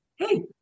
Hey